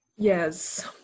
yes